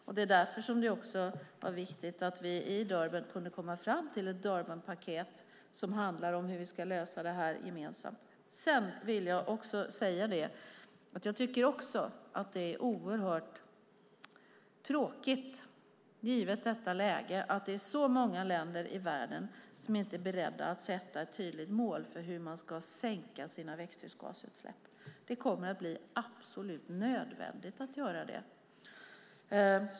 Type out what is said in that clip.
Det är också därför som det var viktigt att vi i Durban kunde komma fram till ett Durbanpaket som handlar om hur vi ska lösa detta gemensamt. Sedan vill jag också säga att det är oerhört tråkigt, givet detta läge, att det är så många länder i världen som inte är beredda att sätta ett tydligt mål för hur man ska sänka sina växthusgasutsläpp. Det kommer att bli absolut nödvändigt att göra det.